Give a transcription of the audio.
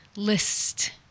list